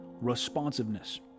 Responsiveness